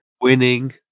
Winning